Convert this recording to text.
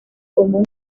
común